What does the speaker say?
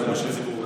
זה מה שהציבור רוצה.